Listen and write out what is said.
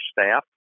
staff